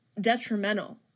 detrimental